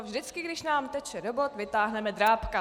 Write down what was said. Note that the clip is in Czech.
Vždycky když nám teče do bot, vytáhneme Drábka.